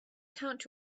count